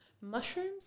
mushrooms